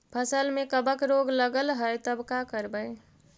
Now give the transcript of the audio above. फसल में कबक रोग लगल है तब का करबै